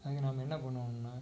அதுக்கு நம்ம என்ன பண்ணுவோம்னால்